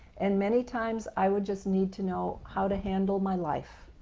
and many times i would just need to know how to handle my life,